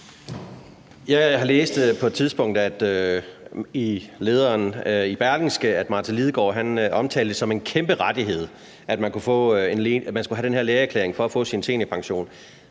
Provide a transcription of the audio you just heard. Jeg læste på et tidspunkt i en leder i Berlingske, at Martin Lidegaard omtalte det som en kæmpe rettighed, at man skulle have den her lægeerklæring for at få sin seniorpension.